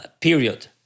period